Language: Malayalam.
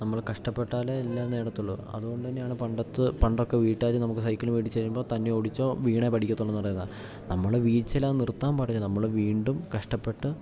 നമ്മൾ കഷ്ടപ്പെട്ടാലെ എല്ലാം നേടത്തുള്ളൂ അതുകൊണ്ട് തന്നെയാണ് പണ്ടത്തെ പണ്ടൊക്കെ വീട്ടുകാർ നമുക്ക് സൈക്കിള് മേടിച്ചു തരുമ്പോൾ തന്നെ ഓടിച്ചോ വീണെ പഠിക്കത്തുള്ളൂ എന്ന് പറയുന്നത് നമ്മൾ വീഴ്ച്ചയിലേ നിർത്താൻ പാടില്ല നമ്മൾ വീണ്ടും കഷ്ടപ്പെട്ട്